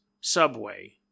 subway